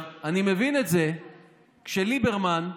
אני מבין את זה שליברמן אמר,